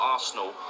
Arsenal